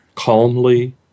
calmly